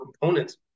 components